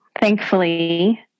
Thankfully